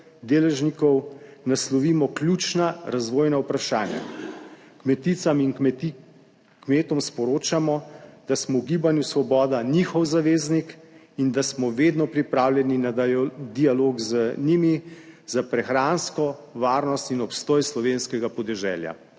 deležnikov naslovimo ključna razvojna vprašanja. Kmeticam in kmeti sporočamo, da smo v Gibanju Svoboda njihov zaveznik in da smo vedno pripravljeni na dialog z njimi za prehransko varnost in obstoj slovenskega podeželja.